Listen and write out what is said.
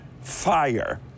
fire